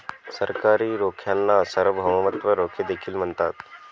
सरकारी रोख्यांना सार्वभौमत्व रोखे देखील म्हणतात